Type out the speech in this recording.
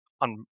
on